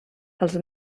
els